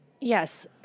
yes